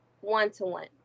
one-to-one